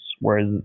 Whereas